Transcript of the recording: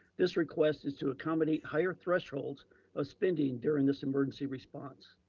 this request is to accommodate higher thresholds of spending during this emergency response.